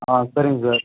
ஆ சரிங்க சார்